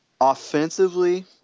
Offensively